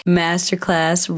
masterclass